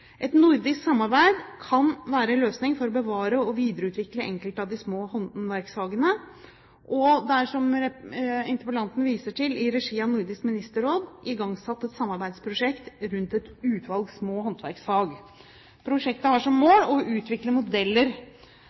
Et nordisk samarbeid kan være en løsning for å bevare og videreutvikle enkelte av de små håndverksfagene. Det er, som interpellanten viser til, i regi av Nordisk Ministerråd igangsatt et samarbeidsprosjekt rundt et utvalg små håndverksfag. Prosjektet har som mål å utvikle modeller